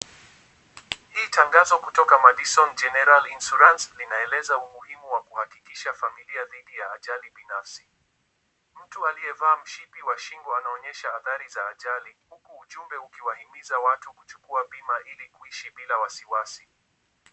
Hii tangazo kutoka Madison General Insurance linaeleza umuhimu wa kuhakikisha familia dhidi ya ajali binafsi. Mtu aliyevaa mshipi wa shingo anaonyesha athari za ajali huku ujumbe ukiwahimiwa watu kuchukua bima ili kuishi bila wasiwasi.